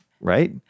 Right